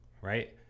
right